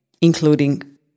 including